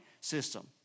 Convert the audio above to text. system